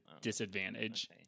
disadvantage